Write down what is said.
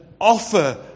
offer